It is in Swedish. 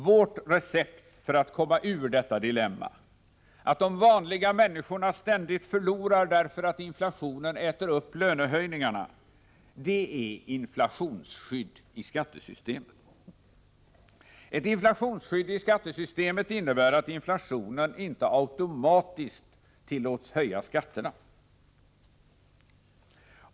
Vårt recept för att komma ur detta dilemma — att de vanliga människorna ständigt förlorar därför att inflationen äter upp lönehöjningarna — är inflationsskydd i skattesystemet. Ett inflationsskydd i skattesystemet innebär att inflationen inte automatiskt tillåts höja skatterna.